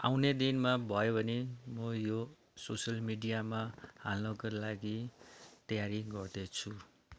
आउने दिनमा भयो भने म यो सोसियल मिडियामा हाल्नुको लागि तयारी गर्दैछु